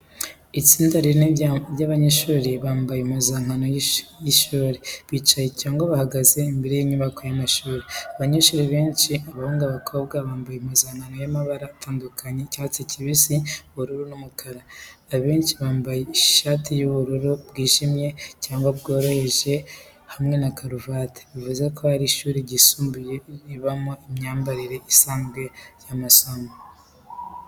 Itsinda rinini ry’abanyeshuri, bambaye impuzankano z’ishuri, bicaye cyangwa bahagaze imbere y’inyubako y’amashuri. Abanyeshuri benshi, abahungu n’abakobwa, bambaye impuzankano y’amabara atandukanye y’icyatsi kibisi, ubururu n’umukara. Abenshi bambaye ishati y'ubururu bwijimye, cyangwa bworoheje hamwe na karavate, bivuze ko ari ishuri ryisumbuye ribamo imyambarire isanzwe y'amasomo.